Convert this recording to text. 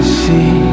see